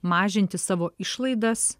mažinti savo išlaidas